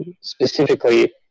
specifically